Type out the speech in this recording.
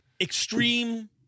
extreme